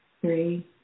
three